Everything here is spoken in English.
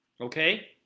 Okay